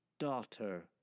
Daughter